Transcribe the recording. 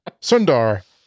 Sundar